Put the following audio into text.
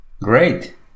great